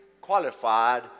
qualified